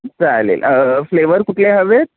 चालेल फ्लेवर कुठले हवेत